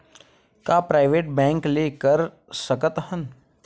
का private bank ले कर सकत हन?